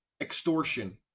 extortion